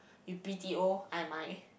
you b_t_o am I